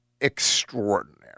extraordinary